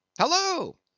Hello